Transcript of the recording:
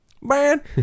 Man